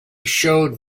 showed